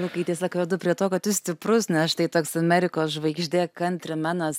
lukai tiesiog vedu prie to kad jūs stiprus nes štai toks amerikos žvaigždė kantrimenas